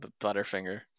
Butterfinger